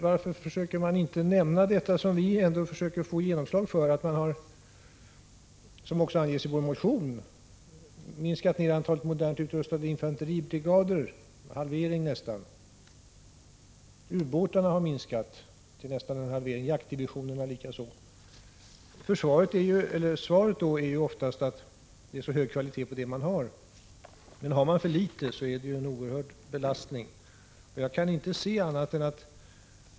Varför försöker ni inte nämna det som vi försöker få genomslag för och som också anges i vår motion, nämligen att vi har minskat ner antalet modernt utrustade infanteribrigader — det är nästan en halvering —, att vi har minskat antalet ubåtar till nästan hälften och gjort detsamma beträffande jaktdivisionerna? Svaret är oftast att det är så hög kvalitet på det som vi har. Men har vi för litet är det en oerhörd belastning.